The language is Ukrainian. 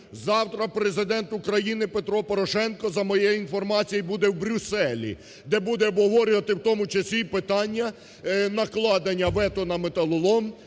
Завтра Президент України Петро Порошенко, за моєю інформацією, буде в Брюсселі, де буде обговорювати в тому числі і питання накладення вето на металолом